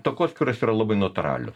takoskyros yra labai natūralios